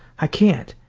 i can't,